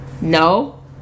No